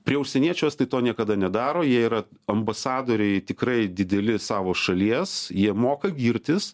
prie užsieniečio estai to niekada nedaro jie yra ambasadoriai tikrai dideli savo šalies jie moka girtis